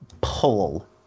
pull